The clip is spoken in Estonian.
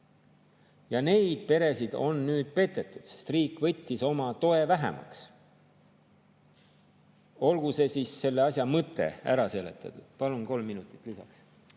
Neid peresid on nüüd petetud, sest riik võttis oma toe vähemaks. Olgu siis selle asja mõte ära seletatud. Palun kolm minutit lisaks.